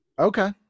okay